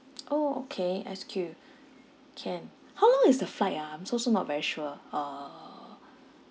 orh okay S_Q can how long is the flight ah I'm s~ also not very sure uh